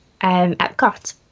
epcot